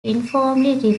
informally